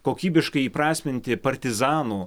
kokybiškai įprasminti partizanų